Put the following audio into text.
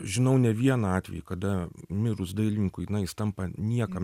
žinau ne vieną atvejį kada mirus dailininkui jis tampa niekam